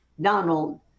Donald